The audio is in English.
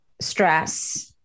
stress